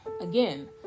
again